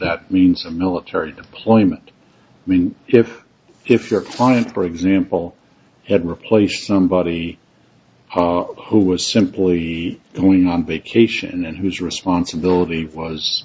that means a military deployment i mean if if your client for example had replaced somebody who was simply going on vacation and whose responsibility was